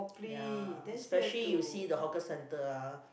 ya especially you see the hawker centre ah